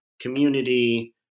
community